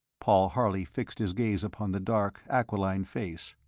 paul harley fixed his gaze upon the dark, aquiline face.